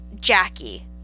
Jackie